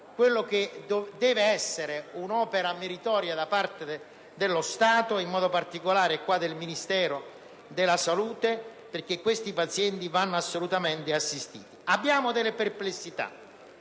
quella che deve essere un'opera meritoria svolta da parte dello Stato, e in modo particolare del Ministero della salute, perché questi pazienti vanno assolutamente assistiti. Diremo poi che avete